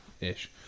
ish